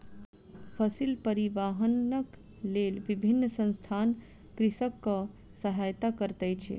फसिल परिवाहनक लेल विभिन्न संसथान कृषकक सहायता करैत अछि